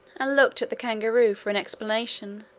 and looked at the kangaroo for an explanation